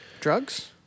Drugs